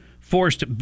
forced